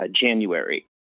January